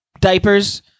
diapers